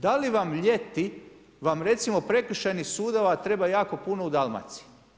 Da li vam ljeti, vam recimo prekršajnih sudova treba jako puno u Dalmaciji.